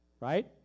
right